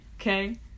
Okay